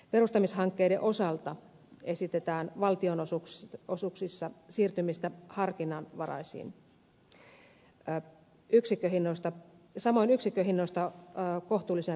perustamishankkeiden osalta esitetään valtionosuuksissa siirtymistä harkinnanvaraisiin samoin yksikköhinnoista kohtuullisina pidettäviin kustannuksiin